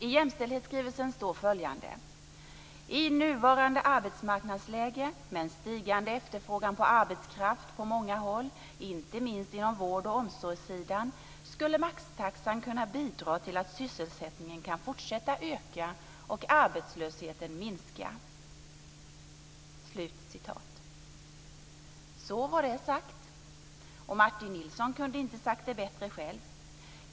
I jämställdhetsskrivelsen står följande: "I nuvarande arbetsmarknadsläge, med en stigande efterfrågan på arbetskraft på många håll, inte minst inom vård och omsorgssidan, skulle maxtaxan kunna bidra till att sysselsättningen kan fortsätta öka och arbetslösheten minska." Så var det sagt! Martin Nilsson kunde inte ha sagt det bättre själv.